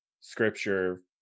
scripture